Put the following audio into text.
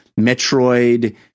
Metroid